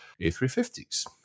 A350s